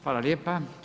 Hvala lijepa.